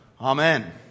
Amen